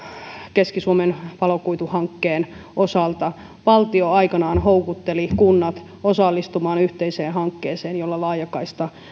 keski suomen valokuituhankkeen osalta valtio aikanaan houkutteli kunnat osallistumaan yhteiseen hankkeeseen jolla laajakaista